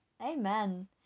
amen